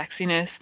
sexiness